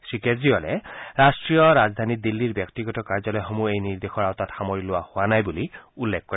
শ্ৰীকেজৰিৱালে ৰাষ্ট্ৰীয় ৰাজধানী দিল্লীত ব্যক্তিগত কাৰ্যালয়সমূহক এই নিৰ্দেশৰ আওতাত সামৰি লোৱা হোৱা নাই বুলি উল্লেখ কৰে